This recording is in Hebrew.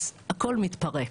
אז הכול מתפרק,